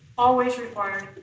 always required on